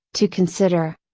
to consider.